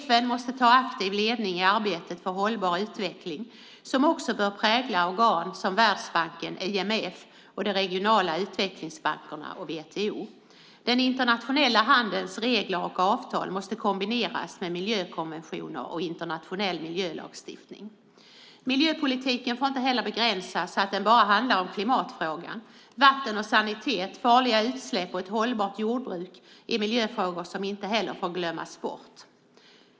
FN måste ta aktiv ledning i arbetet för hållbar utveckling, vilket också bör prägla organ som Världsbanken, IMF och de regionala utvecklingsbankerna och WTO. Den internationella handelns regler och avtal måste kombineras med miljökonventioner och internationell miljölagstiftning. Miljöpolitiken får inte heller begränsas så att den bara handlar om klimatfrågan. Vatten och sanitet, farliga utsläpp och ett hållbart jordbruk är frågor som inte heller får glömmas bort.